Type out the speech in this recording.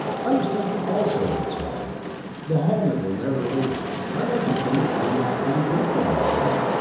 i was thinking also of its home the home it will never leave. i like to think that we might find people on venus,